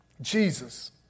Jesus